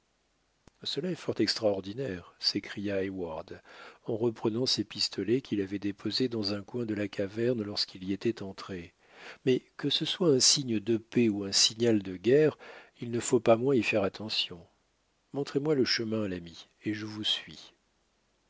bien cela est fort extraordinaire s'écria heyward en reprenant ses pistolets qu'il avait déposés dans un coin de la caverne lorsqu'il y était entré mais que ce soit un signe de paix ou un signal de guerre il ne faut pas moins y faire attention montrez-moi le chemin l'ami et je vous suis